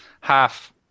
half